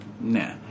Nah